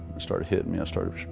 it started hitting me. i started